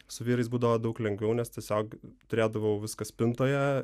su vyrais būdavo daug lengviau nes tiesiog turėdavau viską spintoje